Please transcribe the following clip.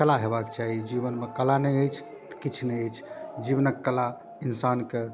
कला हेबाके चाही जीवनमे कला नहि अछि तऽ किछु नहि अछि जीवनके कला इन्सानके